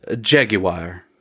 Jaguar